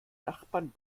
nachbarn